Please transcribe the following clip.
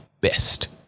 best